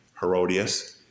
Herodias